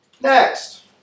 Next